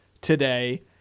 today